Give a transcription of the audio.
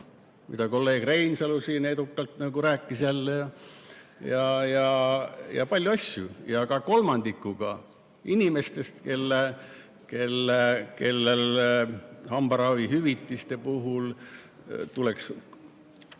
mida kolleeg Reinsalu siin edukalt rääkis jälle, ja paljude muude asjadega. Ka kolmandikuga inimestest, kellele hambaravihüvitiste puhul tuleks